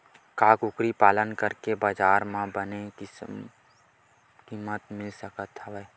का कुकरी पालन करके बजार म बने किमत मिल सकत हवय?